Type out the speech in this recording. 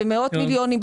במאות מיליונים,